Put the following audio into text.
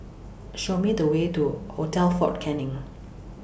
Show Me The Way to Hotel Fort Canning